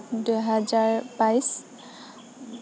দুহেজাৰ বাইছ